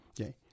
Okay